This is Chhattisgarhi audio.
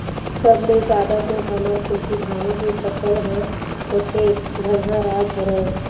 सब ले जादा तो हमर कोती धाने के फसल ह होथे धनहा राज हरय